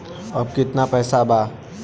अब कितना पैसा बा?